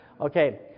Okay